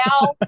now